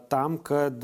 tam kad